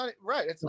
Right